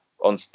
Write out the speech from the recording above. on